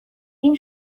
این